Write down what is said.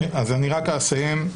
אני רק אסיים.